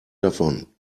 davon